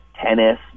tennis